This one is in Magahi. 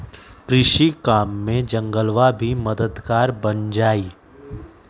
कृषि काम में जंगलवा भी मददगार बन जाहई